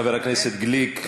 חבר הכנסת גליק,